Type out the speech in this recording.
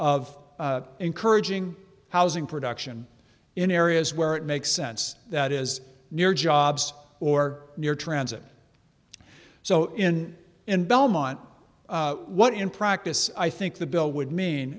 of encouraging housing production in areas where it makes sense that is near jobs or near transit so in in belmont what in practice i think the bill would mean